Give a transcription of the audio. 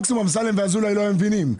מקסימום אמסלם ואזולאי לא היו מבינים,